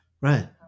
Right